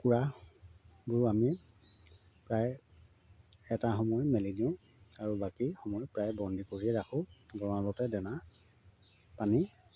কুকুৰাবোৰো আমি প্ৰায় এটা সময় মেলি দিওঁ আৰু বাকী সময় প্ৰায় বন্দী কৰিয়ে ৰাখোঁ গড়ালতে দানা পানী